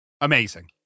amazing